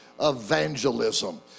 evangelism